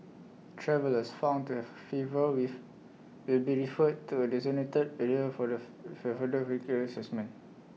travellers found to have A fever with will be referred to A designated area for the for further recreate Assessment